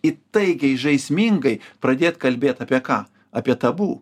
įtaigiai žaismingai pradėt kalbėt apie ką apie tabu